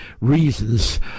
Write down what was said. reasons